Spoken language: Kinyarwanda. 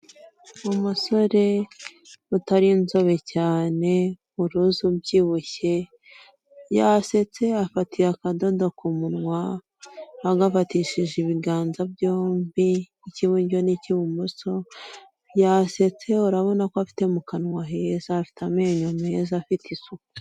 Umusore utari inzobe cyane uruzi ubyibushye yasetse afatiye akadoda ku munwa agafatishije ibiganza byombi, icy'iburyo n'icy'ibumoso, yasetse urabona ko afite mu kanwa heza, afite amenyo meza afite isuku.